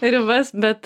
ribas bet